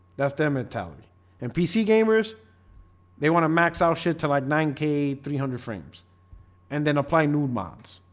that's their mentality and pc gamers they want to max out shit to like nine k three hundred frames and then apply nude mods